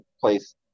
place